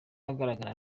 ahagaragara